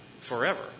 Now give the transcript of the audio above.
forever